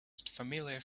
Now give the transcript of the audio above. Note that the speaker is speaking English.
familiar